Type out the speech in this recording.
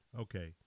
Okay